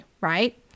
right